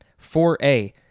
4A